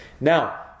Now